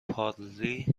پارلی